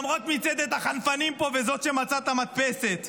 למרות מצעד החנפנים פה וזאת שמצאה את המדפסת.